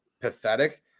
pathetic